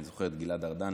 אני זוכר שגלעד ארדן,